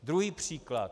Druhý příklad.